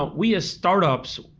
we as startups,